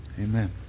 Amen